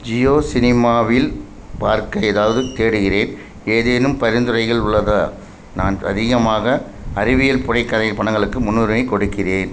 ஜியோ சினிமாவில் பார்க்க ஏதாவது தேடுகிறேன் ஏதேனும் பரிந்துரைகள் உள்ளதா நான் அதிகமாக அறிவியல் புனைக்கதை படங்களுக்கு முன்னுரிமை கொடுக்கிறேன்